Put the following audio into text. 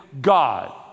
God